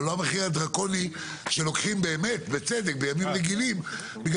אבל אל המחיר הדרקוני שלוקחים בצדק בימים רגילים.